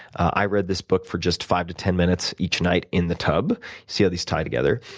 i read this book for just five to ten minutes each night in the tub see how these tie together?